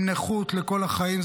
עם נכות לכל החיים.